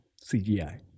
CGI